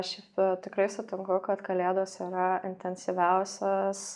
šiaip tikrai sutinku kad kalėdos yra intensyviausias